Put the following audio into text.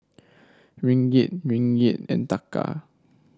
Ringgit Ringgit and Taka